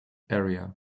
area